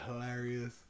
hilarious